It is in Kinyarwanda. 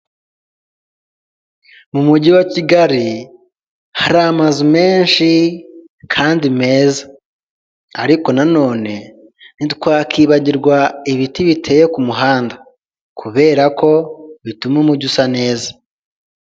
Mu mujyi wa kigali hari amazu menshi kandi meza ariko na none ntitwakwibagirwa ibiti biteye ku muhanda kubera ko bituma umujyi usa neza.